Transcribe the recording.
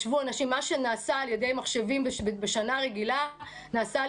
מה שעושים בשנה רגילה על ידי מחשבים נעשה הפעם